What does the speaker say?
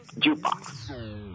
jukebox